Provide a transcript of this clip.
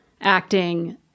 acting